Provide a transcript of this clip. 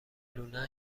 لونه